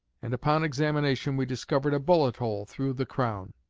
and upon examination we discovered a bullet-hole through the crown.